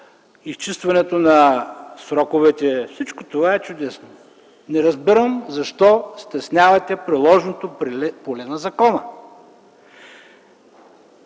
Изчистването на сроковете – всичко това е чудесно. Не разбирам защо стеснявате приложното поле на закона.